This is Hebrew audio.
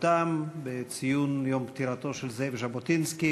בנוכחותם בציון יום פטירתו של זאב ז'בוטינסקי.